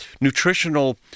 nutritional